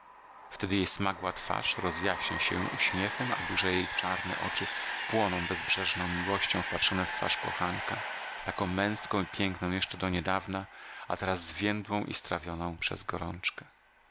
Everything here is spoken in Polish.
wtedy jej smagła twarz rozjaśnia się uśmiechem a duże jej czarne oczy płoną bezbrzeżną miłością wpatrzone w twarz kochanka taką męską i piękną jeszcze do niedawna a teraz zwiędłą i strawioną przez gorączkę